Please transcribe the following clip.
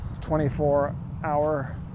24-hour